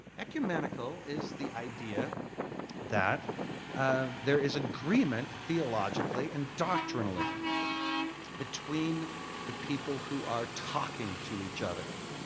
ecumenical is the idea that um there is agreement, theologically, and doctrinally between the people who are talking to each other.